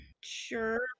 Sure